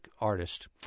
artist